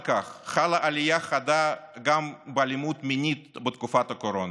כך חלה עלייה חדה באלימות המינית בתקופת הקורונה.